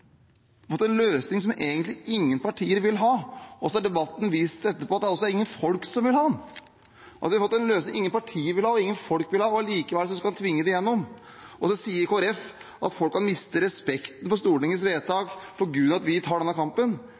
debatten etterpå vist at det heller ikke er noen folk som vil ha den. Vi har fått en løsning ingen partier vil ha og ingen folk vil ha, og allikevel skal en tvinge det gjennom. Kristelig Folkeparti sier at folk kan miste respekten for Stortingets vedtak på grunn av at vi tar denne kampen.